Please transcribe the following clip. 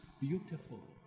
beautiful